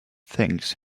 things